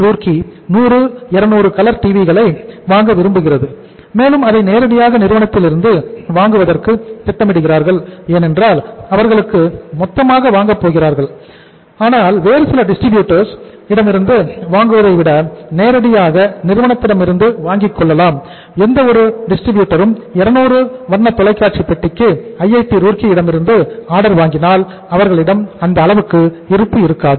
ரூர்க்கி யிடமிருந்து ஆர்டர் வாங்கினால் அவர்களிடம் அந்த அளவுக்கு இருப்பு இருக்காது